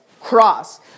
cross